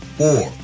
four